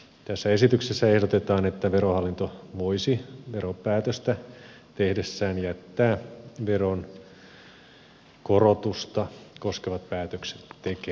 tässä esityksessä ehdotetaan että verohallinto voisi verotuspäätöstä tehdessään jättää veron korotusta koskevat päätökset tekemättä